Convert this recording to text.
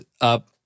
up